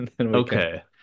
Okay